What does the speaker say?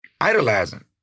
idolizing